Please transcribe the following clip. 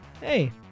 Hey